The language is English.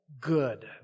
good